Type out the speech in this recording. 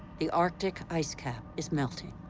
the arctic ice cap is melting.